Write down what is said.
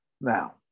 Now